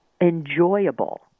enjoyable